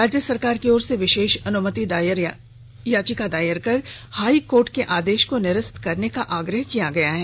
राज्य सरकार की ओर से विशेष अनुमति याचिका दायर कर हाई कोर्ट के आदेश को निरस्त करने का आग्रह किया गया है